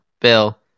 Bill